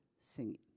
singing